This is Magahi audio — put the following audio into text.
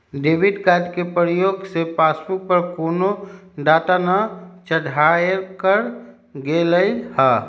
डेबिट कार्ड के प्रयोग से पासबुक पर कोनो डाटा न चढ़ाएकर गेलइ ह